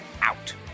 out